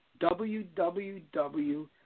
www